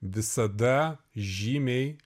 visada žymiai